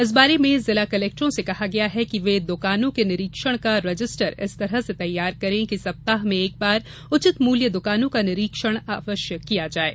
इस बारे में जिला कलेक्टरों से कहा गया है कि वे दुकानों के निरीक्षण का रजिस्टर इस प्रकार तैयार करें कि सप्ताह में एक बार उचित मूल्य द्वकानों का निरीक्षण अवश्य किया जाये